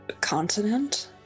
continent